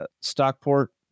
Stockport